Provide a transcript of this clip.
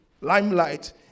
limelight